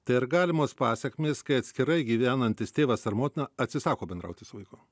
tai ar galimos pasekmės kai atskirai gyvenantis tėvas ar motina atsisako bendrauti su vaiku